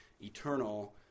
eternal